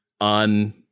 on